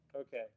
Okay